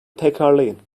tekrarlayın